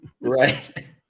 Right